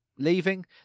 Leaving